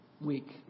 week